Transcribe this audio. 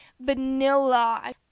vanilla